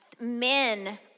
men